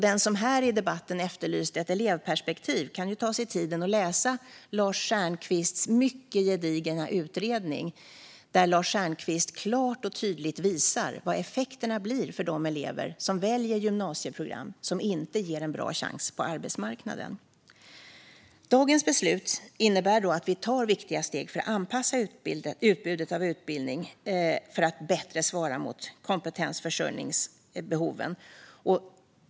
Den som här i debatten efterlyste ett elevperspektiv kan ta sig tid att läsa Lars Stjernkvists mycket gedigna utredning, där han klart och tydligt visar vilka effekterna blir för de elever som väljer gymnasieprogram som inte ger en bra chans på arbetsmarknaden. Dagens beslut innebär att vi tar viktiga steg för att anpassa utbudet av utbildning så att det bättre svarar mot kompetensförsörjningsbehoven.